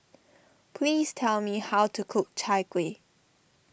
please tell me how to cook Chai Kuih